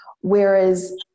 Whereas